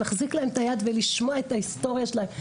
להחזיק להם את היד ולשמוע את ההיסטוריה שלהם.